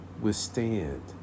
withstand